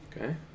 okay